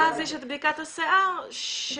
ואז יש את בדיקת השיער ששוב,